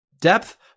depth